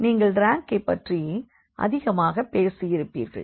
நீங்கள் ரேங்கை பற்றி அதிகமாக பேசியிருப்பீர்கள்